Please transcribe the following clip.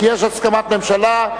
כי יש הסכמת ממשלה,